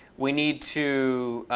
we need to